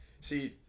See